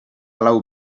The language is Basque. lau